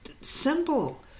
simple